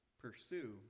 Pursue